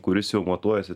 kuris jau matuojasi